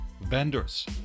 vendors